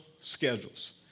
schedules